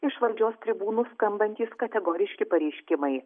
iš valdžios tribūnų skambantys kategoriški pareiškimai